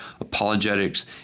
apologetics